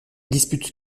dispute